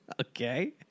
Okay